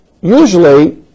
usually